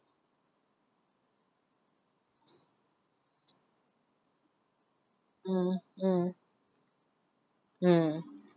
mm mm mm